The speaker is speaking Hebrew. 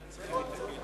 לא.